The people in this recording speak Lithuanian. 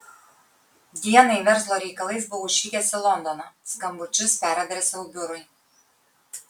dienai verslo reikalais buvau išvykęs į londoną skambučius peradresavau biurui